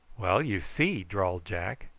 well, you see, drawled jack,